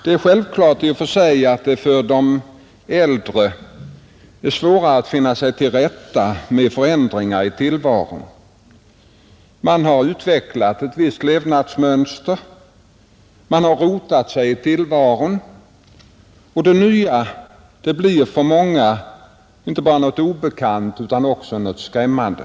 Det är i och för sig självklart att det för de äldre är svårare att finna sig till rätta med förändringar i tillvaron. Man har utvecklat ett visst levnadsmönster, man har rotat sig i tillvaron, och det nya blir för många inte bara något obekant utan också något skrämmande.